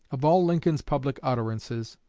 of all lincoln's public utterances,